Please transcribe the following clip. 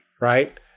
right